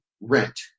rent